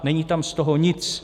Není tam z toho nic.